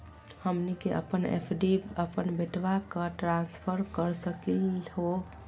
हमनी के अपन एफ.डी अपन बेटवा क ट्रांसफर कर सकली हो?